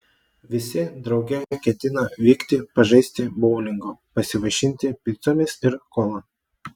visi drauge ketina vykti pažaisti boulingo pasivaišinti picomis ir kola